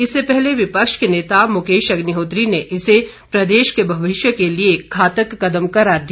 इससे पहले विपक्ष के नेता मुकेश अग्निहोत्री ने इसे प्रदेश के भविष्य के लिए घातक कदम करार दिया